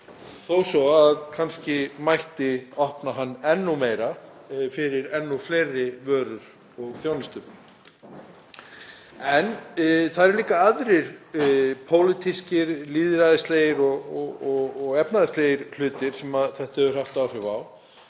þó svo að kannski mætti opna hann enn þá meira fyrir enn fleiri vörur og þjónustu. Það eru líka aðrir pólitískir, lýðræðislegir og efnahagslegir hlutir sem samningurinn hefur haft áhrif á.